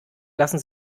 lassen